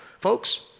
folks